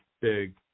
big